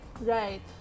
Right